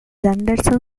anderson